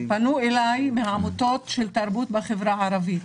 פנו אליי מהעמותות של תרבות בחברה הערבית,